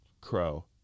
crow